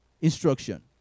instruction